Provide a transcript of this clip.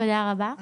תודה רבה.